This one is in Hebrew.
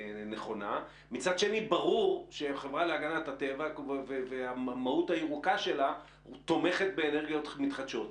ומצד שני ברור שהחברה להגנת הטבע תומכת באנרגיות מתחדשות.